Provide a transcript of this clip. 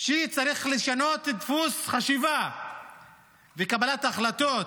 שצריך לשנות את דפוס החשיבה וקבלת ההחלטות